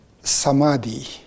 Samadhi